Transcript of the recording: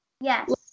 yes